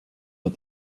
but